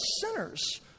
sinners